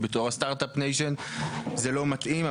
ובתור הסטארטאפ ניישן זה לא מתאים,